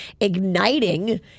igniting